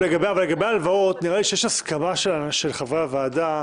לגבי ההלוואות, נראה לי שיש הסכמה של חברי הוועדה.